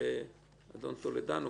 אדון טולדו,